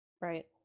Right